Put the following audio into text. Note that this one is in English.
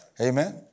Amen